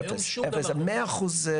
אז זה מאה אחוז---